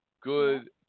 Good